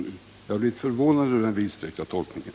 Jag blev litet förvånad över den vidsträckta tolkningen.